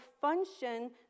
function